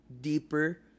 deeper